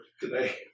today